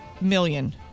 million